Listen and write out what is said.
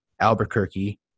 Albuquerque